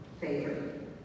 favorite